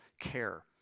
care